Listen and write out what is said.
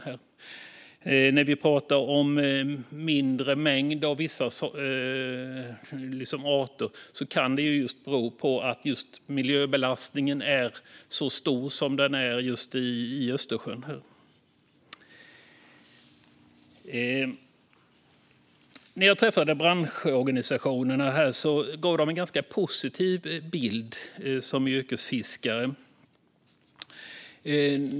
Att det finns mindre mängder av vissa arter kan bero på att miljöbelastningen är så stor som den är i just Östersjön. När jag träffade branschorganisationerna gav de en ganska positiv bild av läget för yrkesfiskare.